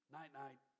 Night-night